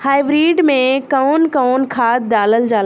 Hybrid में कउन कउन खाद डालल जाला?